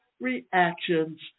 reactions